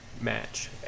match